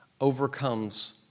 overcomes